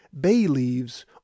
bay-leaves